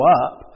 up